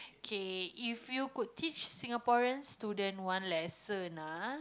okay if you could teach Singaporean student one lesson ah